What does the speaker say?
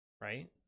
Right